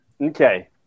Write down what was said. Okay